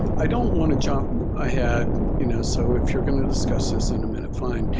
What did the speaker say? i don't want to jump ahead, you know, so if you're going to discuss this in a minute, fine.